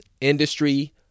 industry